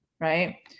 right